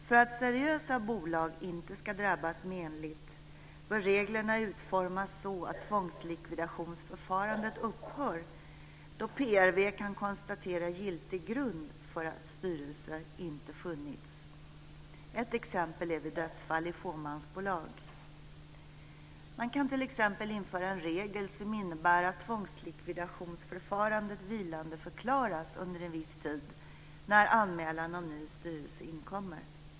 För att seriösa bolag inte ska drabbas menligt bör reglerna utformas så att tvångslikvidationsförfarandet upphör då PRV kan konstatera giltig grund för att någon styrelse inte funnits. Ett exempel är vid dödsfall i fåmansbolag. Man kan t.ex. införa en regel som innebär att tvångslikvidationsförfarandet vilandeförklaras under en viss tid när anmälan om ny styrelse inkommer.